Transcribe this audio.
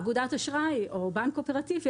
אגודת אשראי או בנק קואופרטיבי,